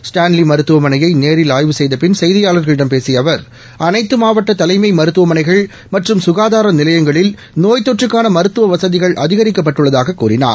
Stanley மருத்துவமனையை நேரில் ஆய்வு செய்த பின் செய்தியாளர்களிடம் பேசிய அவர் அனைத்து மாவட்ட தலைமை மருத்துவமனைகள் மற்றும் சுகாதார நிலையங்களில் நோய்த்தொற்றுக்கான மருத்துவ வசதிகள் அதிகரிக்கப்பட்டுள்ளதாகக் கூறினார்